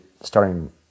starting